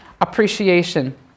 appreciation